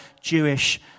Jewish